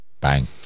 bang